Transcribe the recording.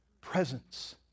presence